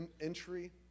entry